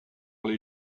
les